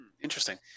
interesting